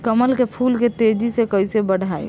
कमल के फूल के तेजी से कइसे बढ़ाई?